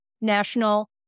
National